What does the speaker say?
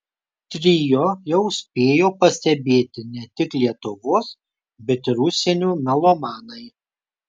trio jau spėjo pastebėti ne tik lietuvos bet ir užsienio melomanai